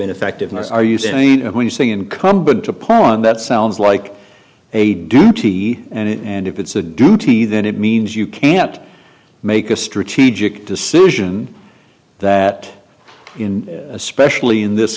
ineffectiveness are you saying when you say incumbent upon that sounds like a duty and it and if it's a duty then it means you can't make a strategic decision that in especially in this